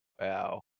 Wow